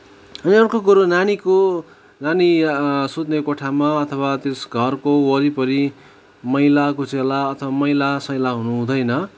अनि अर्को कुरो नानीको नानी सुत्ने कोठामा अथवा त्यस घरको वरिपरि मैला कुचेला अथवा मैला सैला हुनु हुँदैन